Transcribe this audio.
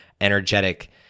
energetic